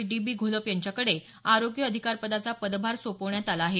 D B Gholap यांच्याकडे आरोग्य अधिकारपदाचा पदभार सोपवण्यात आला आहे